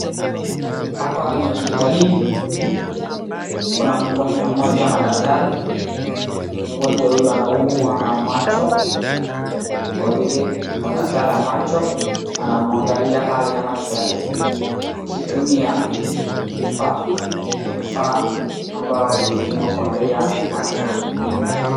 Hapa ni hospitalini, kuna mgonjwa mmoja na daktari, mgonjwa huyu anaumwa na macho kwa vile kuna daktari wa macho anamwangalia hali ya macho yake .Akitumia vifaa , vifaa ambao hutumiwa kuangalia macho ya mtu.